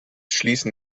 schließen